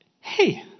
Hey